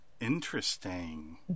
Interesting